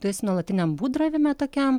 tu esi nuolatiniam būdravime tokiam